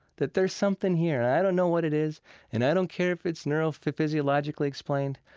that there's something here. i don't know what it is and i don't care of it's neurophysiologically explained,